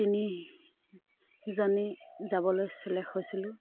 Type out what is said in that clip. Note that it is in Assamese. তিনিজনী যাবলৈ চেলেক হৈছিলোঁ